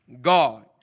God